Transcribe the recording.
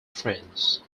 friends